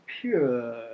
pure